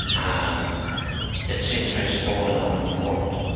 and it seems very small and unimportant,